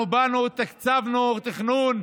אנחנו באנו, תקצבנו תכנון.